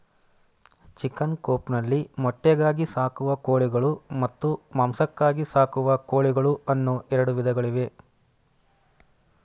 chicken coop ನಲ್ಲಿ ಮೊಟ್ಟೆಗಾಗಿ ಸಾಕುವ ಕೋಳಿಗಳು ಮತ್ತು ಮಾಂಸಕ್ಕಾಗಿ ಸಾಕುವ ಕೋಳಿಗಳು ಅನ್ನೂ ಎರಡು ವಿಧಗಳಿವೆ